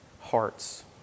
hearts